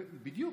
בדיוק.